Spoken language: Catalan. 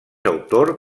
autor